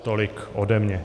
Tolik ode mě.